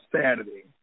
Saturday